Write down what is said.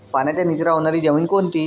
पाण्याचा निचरा होणारी जमीन कोणती?